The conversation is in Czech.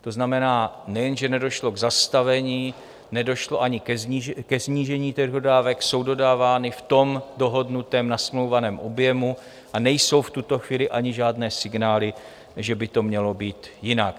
To znamená, nejen že nedošlo k zastavení, nedošlo ani ke snížení těch dodávek, jsou dodávány v dohodnutém, nasmlouvaném objemu a nejsou v tuto chvíli ani žádné signály, že by to mělo být jinak.